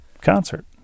concert